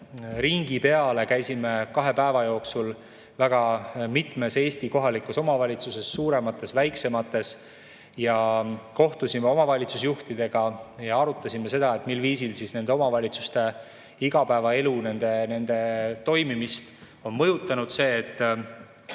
ringi peale, käisime kahe päeva jooksul väga mitmes Eesti kohalikus omavalitsuses, suuremates ja väiksemates, kohtusime omavalitsusjuhtidega ja arutasime seda, mil viisil siis nende omavalitsuste igapäevaelu ja nende toimimist on mõjutanud see, et